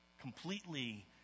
Completely